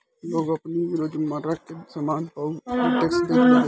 लोग आपनी रोजमर्रा के सामान पअ भी टेक्स देत बाटे